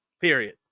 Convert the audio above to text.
Period